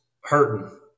hurting